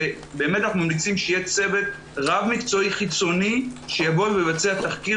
אנחנו ממליצים שיהיה צוות רב-מקצועי חיצוני שיבצע תחקיר